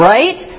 Right